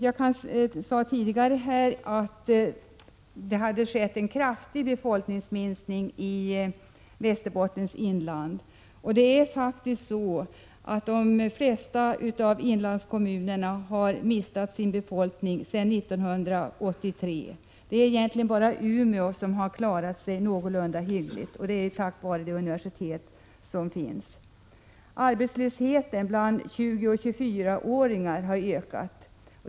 Jag sade tidigare att det hade skett en kraftig befolkningsminskning i Västerbottens inland, och de flesta av inlandskommunerna har faktiskt mist en stor del av sin befolkning sedan 1983. Det är egentligen bara Umeå som har klarat sig någorlunda hyggligt, detta tack vare det universitet som finns där. Arbetslösheten bland 20-24-åringar har ökat.